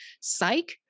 Psych